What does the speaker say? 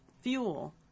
fuel